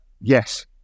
yes